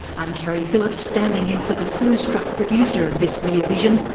i'm keri phillips, standing in for the flu-struck producer of this rear vision,